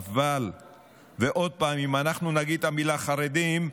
ואם נגיד את המילה "חרדים",